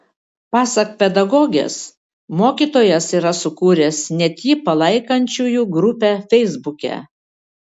pasak pedagogės mokytojas yra sukūręs net jį palaikančiųjų grupę feisbuke